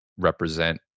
Represent